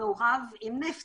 בגלל שהיוונים